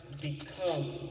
become